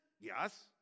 Yes